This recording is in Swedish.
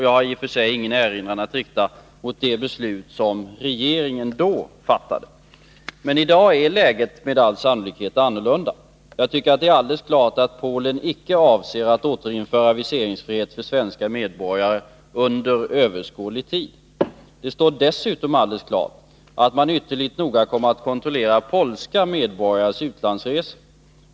Jag har i och för sig ingen erinran att rikta mot det beslut som regeringen då fattade. Meni dag är läget med all sannolikhet annorlunda. Det är alldeles klart att Polen under överskådlig tid icke avser att återinföra viseringsfrihet för svenska medborgare. Det står dessutom alldeles klart att man ytterligt noga kommer att kontrollera polska medborgares utlandsresor.